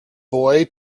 boy